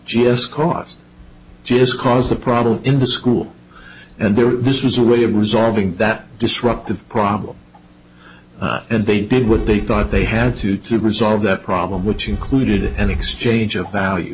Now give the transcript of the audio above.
just cause just cause the problem in the school and they were this was a way of resolving that disruptive problem and they did what they thought they had to to resolve that problem which included an exchange of value